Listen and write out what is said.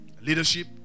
leadership